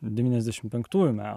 devyniasdešimt penktųjų metų